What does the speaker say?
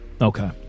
Okay